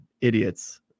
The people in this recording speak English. idiots